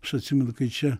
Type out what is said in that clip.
aš atsimenu kai čia